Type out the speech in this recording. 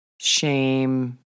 shame